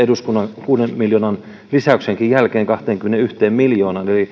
eduskunnan kuuden miljoonan lisäyksenkin jälkeen kahteenkymmeneenyhteen miljoonaan